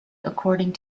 according